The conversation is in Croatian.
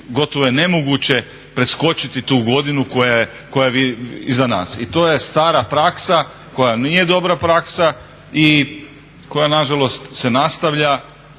gotovo je nemoguće preskočiti tu godinu koja je iza nas. I to je stara praksa koja nije dobra praksa i koja nažalost se nastavlja